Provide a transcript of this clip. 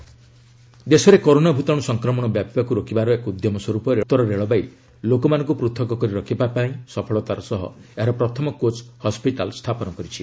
corona railway ଦେଶରେ corona ଭୂତାଣୁ ସଂକ୍ରମଣ ବ୍ୟାପିବାକୁ ରୋକିବାର ଏକ ଉଦ୍ୟମ ସ୍ୱରୂପ ଉତ୍ତର ରେଳବାଇ ଲୋକମାନଙ୍କୁ ପୂଥକ କରି ରଖିବା ପାଇଁ ସଫଳତାର ସହ ଏହାର ପ୍ରଥମ କୋଚ୍ ହସ୍କିଟାଲ୍ ସ୍ଥାପନ କରିଛି